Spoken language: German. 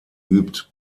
übt